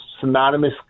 synonymous